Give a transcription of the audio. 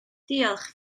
diolch